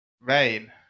Rain